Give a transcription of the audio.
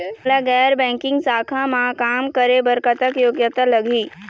मोला गैर बैंकिंग शाखा मा काम करे बर कतक योग्यता लगही?